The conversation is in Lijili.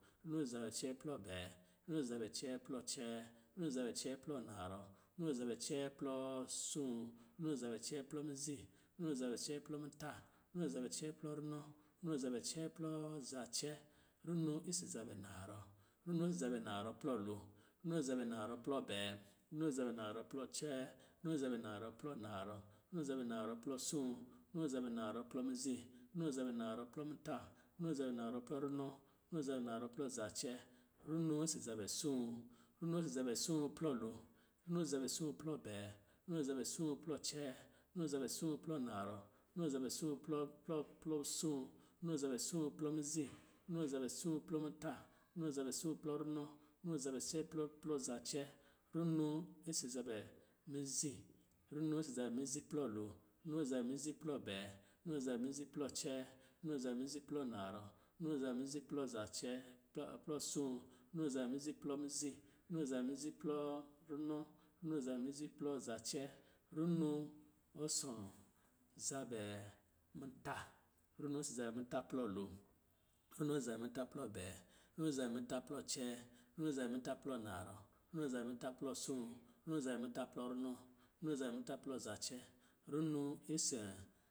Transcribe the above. Runo si zabɛ cɛɛ plɔ bɛɛ, runo si zabɛ cɛɛ plɔ cɛɛ, runo si zabɛ cɛɛ plɔ narɔ, runo si zabɛ cɛɛ plɔ soo, runo si zabɛ cɛɛ plɔ mizi, runo si zabɛ cɛɛ plɔ muta, runo si zabɛ cɛɛ plɔ runɔ, runo si zabɛ cɛɛ plɔ zacɛɛ, runo isi zabɛ narɔ, runo isi zabɛ narɔ plɔ lo, runo si zabɛ narɔ plɔ bɛɛ, runo si zabɛ narɔ plɔ cɛɛ, runo si zabɛ narɔ plɔ narɔ, runo si zabɛ narɔ plɔ soo, runo si zabɛ narɔ plɔ mizi, runo si zabɛ narɔ plɔ muta, runo si zabɛ narɔ plɔ runɔ, runo si zabɛ narɔ plɔ zacɛɛ, runo isis zabɛ soo, runo si zabɛ soo plɔ lo, runo si zabɛ soo plɔ bɛɛ, runo si zabɛ soo plɔ cɛɛ, runo si zabɛ soo plɔ narɔ, runo si zabɛ soo plɔ plɔ, plɔ, plɔ soo, runo si zabɛ soo plɔ mizi, runo si zabɛ soo plɔ muta, runo si zabɛ soo plɔ runɔ, runo si zabɛ soo plɔ, plɔ zacɛɛ, runo isis zabɛ mizi, runo isis zabɛ mizi plɔ lo, runo isis zabɛ mizi plɔ bɛɛ, runo isis zabɛ mizi plɔ cɛɛ, runo isis zabɛ mizi plɔ narɔ, runo si zabɛ mizi zacɛɛ plɔ, plɔ soo, runo si zabɛ mizi plɔ miziz, runo si zabɛ mizi plɔ runɔ, runo si zabɛ mizi plɔ zacɛɛ, runo zabɛɛ muta, runo si zabɛ muta plɔ lo, runo si zabɛ muta plɔ bɛɛ, runo si zabɛ muta plɔ cɛɛ, runo si zabɛ muta plɔ navɔ, runo si zabɛ muta plɔ soo, runo si zabɛ muta plɔ runɔ, runo si zabɛ muta plɔ zacɛɛ, runo isi